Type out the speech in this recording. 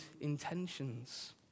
intentions